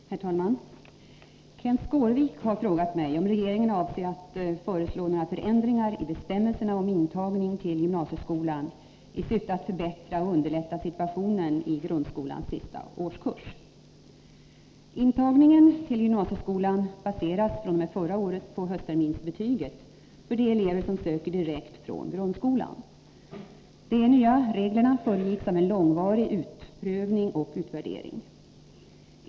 Herr talman! Kenth Skårvik har frågat mig om regeringen avser att föreslå några förändringar i bestämmelserna om intagning till gymnasieskolan i syfte att förbättra och underlätta situationen i grundskolans sista årskurs. Intagningen till gymnasieskolan baseras fr.o.m. förra året på höstterminsbetyget för de elever som söker direkt från grundskolan. De nya reglerna föregicks av en långvarig utprövning och utvärdering.